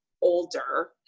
older